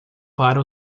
para